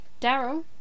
Daryl